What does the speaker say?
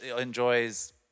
enjoys